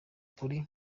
kuri